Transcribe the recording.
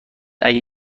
اگه